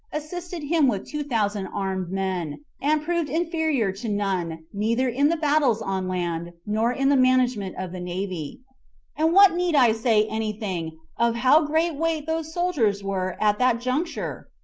assisted him with two thousand armed men, and proved inferior to none, neither in the battles on land, nor in the management of the navy and what need i say any thing of how great weight those soldiers were at that juncture?